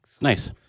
Nice